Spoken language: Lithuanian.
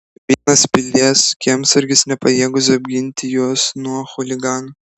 vienas pilies kiemsargis nepajėgus apginti jos nuo chuliganų